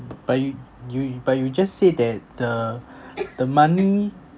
but you you but you just say that the the money